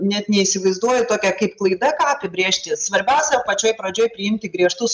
net neįsivaizduoju tokia kaip klaida ką apibrėžti svarbiausia pačioj pradžioj priimti griežtus